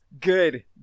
Good